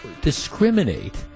discriminate